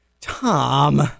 Tom